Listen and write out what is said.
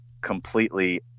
completely